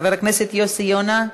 חבר הכנסת יוסי יונה,